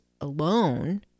alone